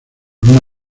una